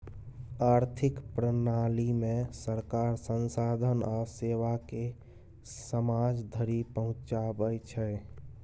आर्थिक प्रणालीमे सरकार संसाधन आ सेवाकेँ समाज धरि पहुंचाबै छै